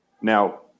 Now